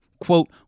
quote